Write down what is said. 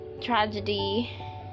tragedy